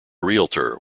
realtor